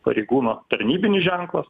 pareigūno tarnybinis ženklas